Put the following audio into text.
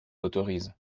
autorise